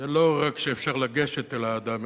זה לא רק שאפשר לגשת אל האדם,